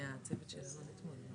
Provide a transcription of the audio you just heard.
ההסתייגות לא התקבלה.